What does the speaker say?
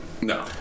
No